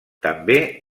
també